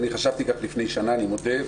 חשבתי כך לפני שנה אני מודה,